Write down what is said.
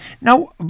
Now